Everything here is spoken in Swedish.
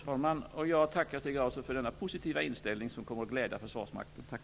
Fru talman! Jag tackar Stig Grauers för denna positiva inställning, som kommer att glädja Försvarsmakten. Tack!